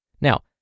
Now